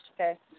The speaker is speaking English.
Okay